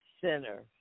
Center